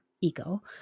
ego